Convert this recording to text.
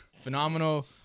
Phenomenal